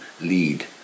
lead